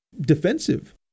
defensive